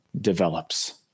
develops